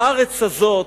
הארץ הזאת,